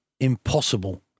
impossible